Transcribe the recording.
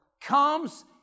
comes